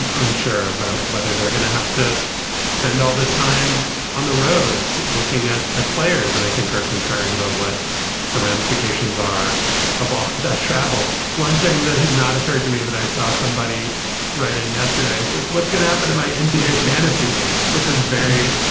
and unsure about whether they're going to have to spend all this time on the road looking at at players and i think are concerned about what the ramifications are of all that travel. one thing that had not occurred to me that i saw somebody writing yesterday is like what's going to happen to my and nba fantasy league, which is very,